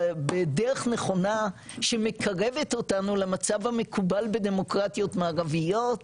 בדרך נכונה שמקרב אותנו למצב המקובל בדמוקרטיות מערביות,